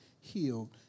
healed